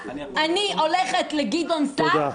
אני הולכת לגדעון סער -- תודה.